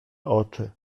oczy